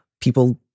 people